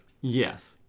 yes